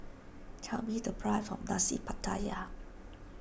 tell me the price of Nasi Pattaya